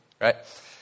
right